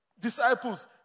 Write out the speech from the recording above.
disciples